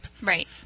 Right